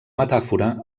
metàfora